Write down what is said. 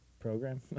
program